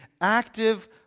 active